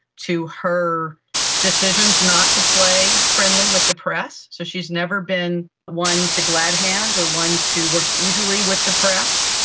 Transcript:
to her decisions not to play friendly with the press. so she has never been one to gladhand or one to work easily with the press.